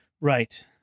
Right